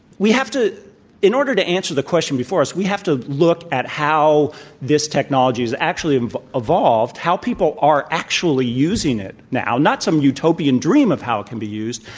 we have to in order to answer the question before us, we have to look at how this technology has actually evolved, how people are actually using it now, not some utopian dream of how it can be used,